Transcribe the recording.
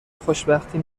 خوشبختی